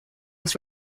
was